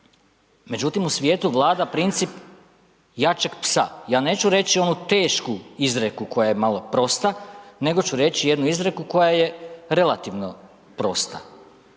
Međutim, u svijetu vlada princip jačeg psa, ja neću reći onu tešku izreku koja je malo prosta, nego ću reći jednu izreku koja je relativno prosta,